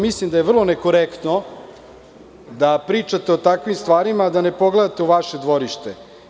Mislim da je vrlo nekorektno da pričate o takvim stvarima a da ne pogledate u vaše dvorište.